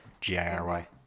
g-i-r-y